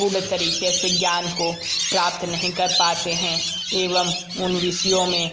पूर्ण तरीके से ज्ञान को प्राप्त नहीं कर पाते हैं एवं उन विषयों में